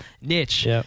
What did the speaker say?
niche